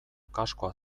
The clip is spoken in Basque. kaskoa